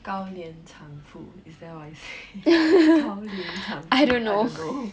高龄产妇 is that what it says 高龄产妇 I don't know